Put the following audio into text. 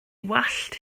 wallt